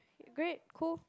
great cool